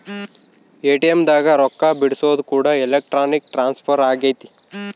ATM ದಾಗ ರೊಕ್ಕ ಬಿಡ್ಸೊದು ಕೂಡ ಎಲೆಕ್ಟ್ರಾನಿಕ್ ಟ್ರಾನ್ಸ್ಫರ್ ಅಗೈತೆ